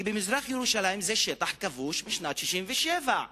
כי מזרח-ירושלים היא שטח כבוש משנת 1967,